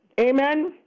amen